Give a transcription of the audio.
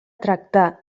tractar